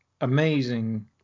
amazing